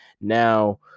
Now